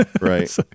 right